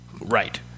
Right